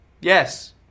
Yes